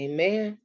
Amen